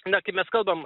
na kaip mes kalbam